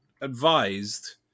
advised